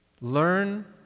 learn